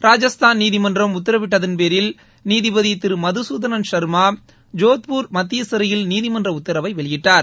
ராஜஸ்தான் நீதிமன்றம் உத்தரவிட்டதன் பேரில் நீதிபதி திரு மதுசூதன் சா்மா ஜோத்பூர் மத்திய சிறையில் நீதிமன்ற உத்தரவை வெளியிட்டார்